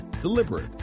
deliberate